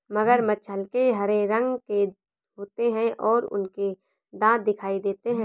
मगरमच्छ हल्के हरे रंग के होते हैं और उनके दांत दिखाई देते हैं